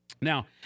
Now